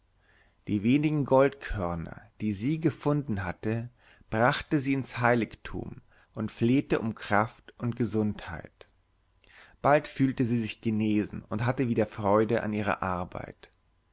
die wenigen goldkörner die sie gefunden hatte brachte sie ins heiligtum und flehte um kraft und gesundheit bald fühlte sie sich genesen und hatte wieder freude an ihrer arbeit